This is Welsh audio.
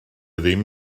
ddim